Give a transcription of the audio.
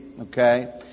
Okay